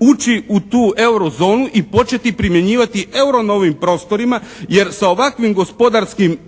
ući u tu eurozonu i početi primjenjivati EURO na ovim prostorima jer sa ovakvim gospodarskim